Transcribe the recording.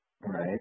Right